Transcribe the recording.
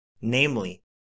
namely